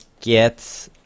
get